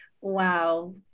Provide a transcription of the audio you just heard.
Wow